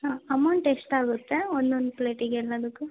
ಹಾಂ ಅಮೌಂಟ್ ಎಷ್ಟು ಆಗುತ್ತೆ ಒಂದೊಂದು ಪ್ಲೇಟಿಗೆ ಎಲ್ಲದಕ್ಕೂ